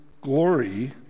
glory